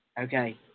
Okay